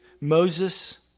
Moses